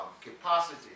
capacity